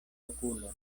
okulon